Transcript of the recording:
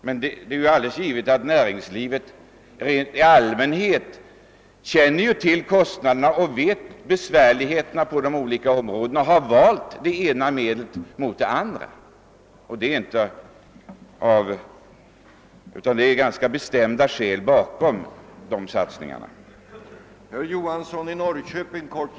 Men det är givet att näringslivet känner till kostnaderna och besvären på de olika områdena. Man har vägt det ena mot det andra. Det ligger alltså bestämda skäl bakom de satsningar som har gjorts.